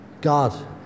God